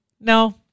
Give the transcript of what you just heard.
No